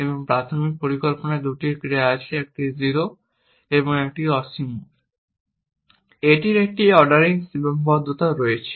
এবং প্রাথমিক পরিকল্পনার দুটি ক্রিয়া আছে একটি 0 এবং একটি অসীম। এটির একটি অর্ডারিং সীমাবদ্ধতা রয়েছে